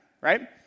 right